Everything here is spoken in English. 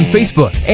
Facebook